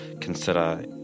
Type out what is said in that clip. consider